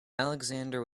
alexander